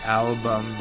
album